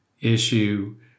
issue